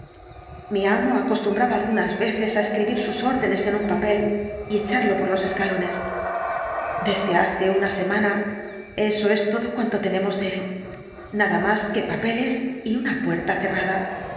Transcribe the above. dr jekyll braba algunas veces á escribir sus órdenes en un papel y echarlo por los escalones desde hace una semana eso es todo cuanto tenemos de él nada más que papeles y una puerta cerrada